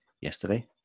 yesterday